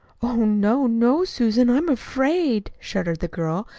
oh, no, no, susan! i'm afraid, shuddered the girl.